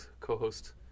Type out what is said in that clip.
co-host